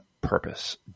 purpose